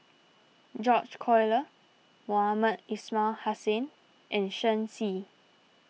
George Collyer Mohamed Ismail Hussain and Shen Xi